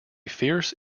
fierce